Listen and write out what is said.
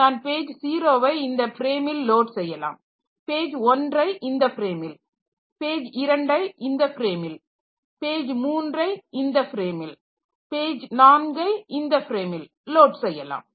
நான் பேஜ் ஜீரோவை இந்த ஃப்ரேமில் லோட் செய்யலாம் பேஜ் ஒன்றை இந்த ஃப்ரேமில் பேஜ் இரண்டை இந்த ஃப்ரேமில் பேஜ் மூன்றை இந்த ஃப்ரேமில் பேஜ் நான்கை இந்த ஃப்ரேமில் லோட் செய்யலாம்